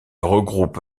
regroupe